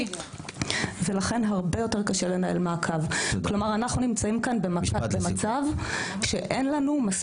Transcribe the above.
אני ויקי, ואני גם מעמותת "המסע שלנו".